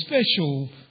special